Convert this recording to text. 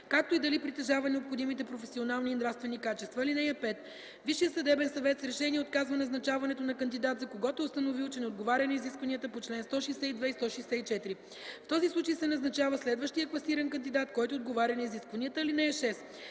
както и дали притежава необходимите професионални и нравствени качества. (5) Висшият съдебен съвет с решение отказва назначаването на кандидат, за когото е установил, че не отговаря на изискванията по чл. 162 и 164. В този случай се назначава следващият класиран кандидат, който отговаря на изискванията. (6)